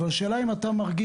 אבל השאלה היא אם אתה מרגיש,